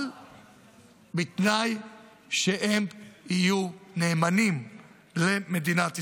אבל בתנאי שהם יהיו נאמנים למדינת ישראל.